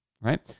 right